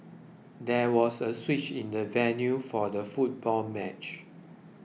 there was a switch in the venue for the football match